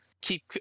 keep